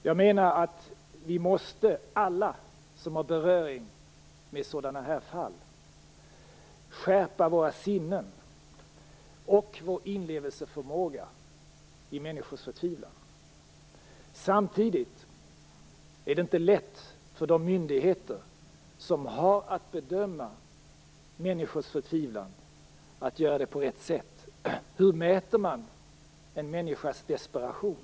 Jag menar att vi alla som har beröring med sådana här fall måste skärpa våra sinnen och vår inlevelseförmåga i människors förtvivlan. Samtidigt är det inte lätt för de myndigheter som har att bedöma människors förtvivlan att göra det på rätt sätt. Hur mäter man en människas desperation?